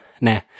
nah